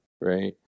right